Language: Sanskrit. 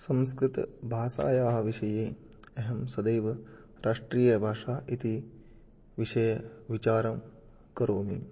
संस्कृतभाषायाः विषये अहं सदैव राष्ट्रियभाषा इति विषयविचारं करोमि